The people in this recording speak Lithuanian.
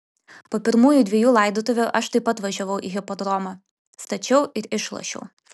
po pirmųjų dvejų laidotuvių aš taip pat važiavau į hipodromą stačiau ir išlošiau